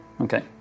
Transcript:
Okay